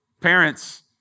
Parents